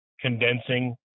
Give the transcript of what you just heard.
condensing